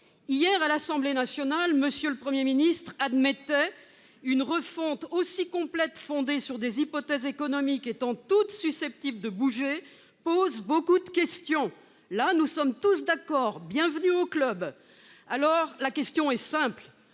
Hier, à l'Assemblée nationale, M. le Premier ministre a admis qu'une refonte aussi complète, fondée sur des hypothèses économiques étant toutes susceptibles de bouger, pose beaucoup de questions. Là, nous sommes tous d'accord. Bienvenue au club ! Ma question est simple